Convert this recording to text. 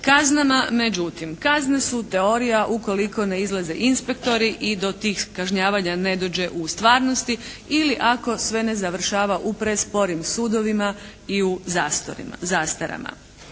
kaznama, međutim kazne su teorija ukoliko ne izlaze inspektori i do tih kažnjavanja ne dođe u stvarnosti ili ako sve ne završava u presporim sudovima i u zastarama.